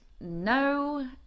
No